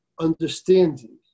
understanding